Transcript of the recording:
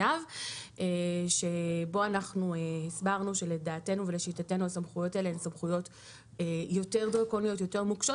בו הסברנו שלדעתנו ולשיטתנו הסמכויות האלה הן יותר דרקוניות ונוקשות,